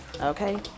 Okay